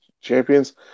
champions